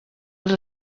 els